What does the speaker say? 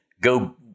go